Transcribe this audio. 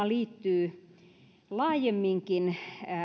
liittyy laajemminkin